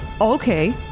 okay